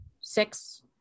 Six